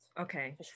okay